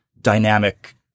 dynamic